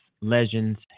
Legend's